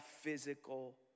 physical